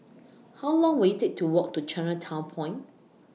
How Long Will IT Take to Walk to Chinatown Point